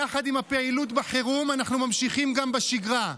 יחד עם הפעילות בחירום אנחנו ממשיכים גם בשגרה.